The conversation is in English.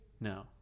no